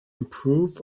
improve